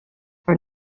are